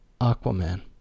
Aquaman